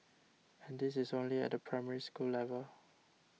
and this is only at the Primary School level